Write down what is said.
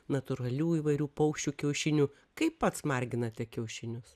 natūralių įvairių paukščių kiaušinių kaip pats marginate kiaušinius